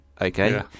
okay